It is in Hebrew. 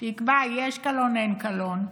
שיקבע אם יש קלון או אין קלון,